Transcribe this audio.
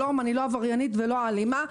שלום, אני לא עבריינית ולא אלימה.